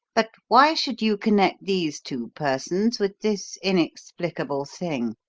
but why should you connect these two persons with this inexplicable thing?